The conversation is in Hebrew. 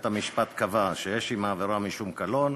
ובית-המשפט קבע שיש עם העבירה משום קלון,